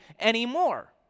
anymore